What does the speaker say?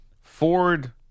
ford